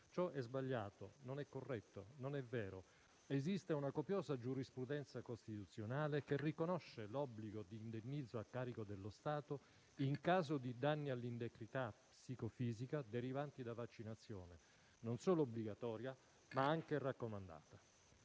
ciò è sbagliato, non è corretto, non è vero. Esiste una copiosa giurisprudenza costituzionale che riconosce l'obbligo di indennizzo a carico dello Stato in caso di danni all'integrità psicofisica derivanti da vaccinazione, non solo obbligatoria, ma anche raccomandata.